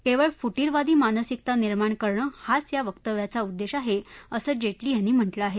केवळ फुटीरवादी मानसिकता निर्माण करणं हाच या वक्तव्याचा उद्देश आहे असं जेटली यांनी म्हटलंय